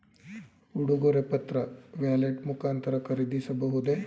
ಉಡುಗೊರೆ ಪತ್ರ ವ್ಯಾಲೆಟ್ ಮುಖಾಂತರ ಖರೀದಿಸಬಹುದೇ?